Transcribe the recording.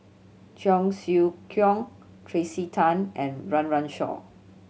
Cheong Siew Keong Tracey Tan and Run Run Shaw